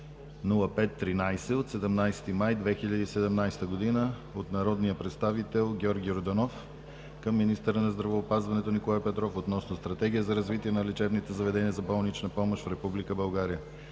от 17 май 2017 г., от народния представител Георги Йорданов към министъра на здравеопазването Николай Петров относно Стратегия за развитие на лечебните заведения за болнична помощ в